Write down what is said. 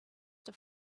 have